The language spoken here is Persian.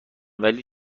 ولی